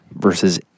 versus